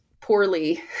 poorly